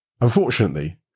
Unfortunately